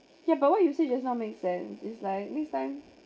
ya but what you say just now makes sense it's like next time